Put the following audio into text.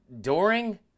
Doring